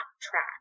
track